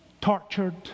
tortured